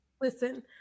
Listen